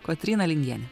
kotryna lingienė